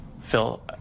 Phil